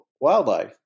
wildlife